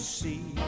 see